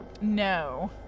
No